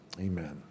amen